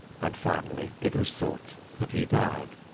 and, finally, it was thought that he died.